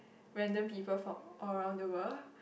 random people from all around the world